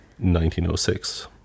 1906